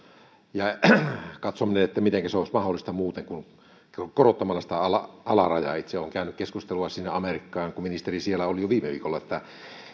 ja sen katsominen että mitenkä se olisi mahdollista muuten kuin korottamalla sitä alarajaa itse olen käynyt keskustelua amerikkaan kun ministeri siellä oli jo viime viikolla että